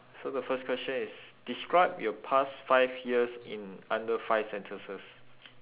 so the first question is describe your past five years in under five sentences